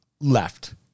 left